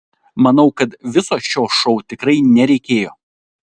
manau kad viso šio šou tikrai nereikėjo